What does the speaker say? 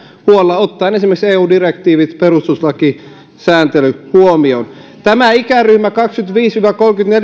huolella ottaen esimerkiksi eu direktiivit perustuslakisääntely huomioon tämä ikäryhmä kaksikymmentäviisi viiva